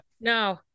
no